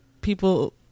people